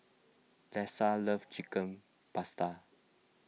Lesa loves Chicken Pasta